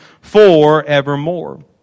forevermore